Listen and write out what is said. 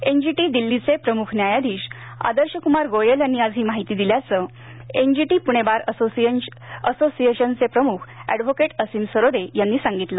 N G T Delhi चे प्रमुख न्यायाधीश आदर्शकुमार गोयल यांनी आज ही माहिती दिल्याचं N G T Pune bar असोसिशनचे प्रमुख ऍडव्होकेट असीम सरोदे यांनी सांगितलं